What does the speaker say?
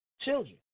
children